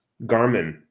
Garmin